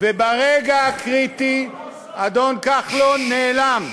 וברגע הקריטי אדון כחלון נעלם.